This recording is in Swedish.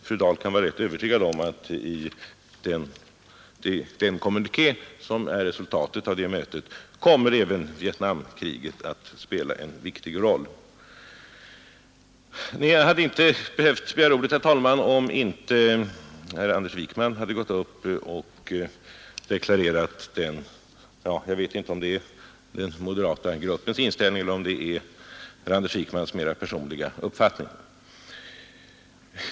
Fru Dahl kan vara rätt övertygad om att i den kommuniké som blir resultatet av det mötet kommer Vietnamkriget att spela en viktig roll. Herr talman! Jag hade inte behövt begära ordet, om inte herr Anders Wijkman hade gått upp och deklarerat sin uppfattning — jag vet inte om det är den moderata gruppens inställning eller om det är Anders Wijkmans mera personliga uppfattning.